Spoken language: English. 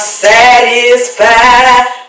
satisfied